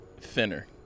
Thinner